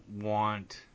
want